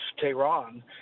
Tehran